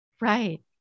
Right